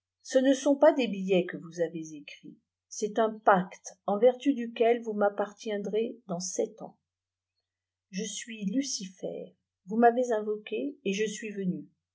ce ne sont pas des billets que vous avei écrits c'est un pacte en vertu duquel vous m'appartiendrez dans sept ans je suis lucifer vous m'avez invoqué et je suis venu